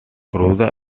rosa